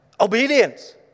Obedience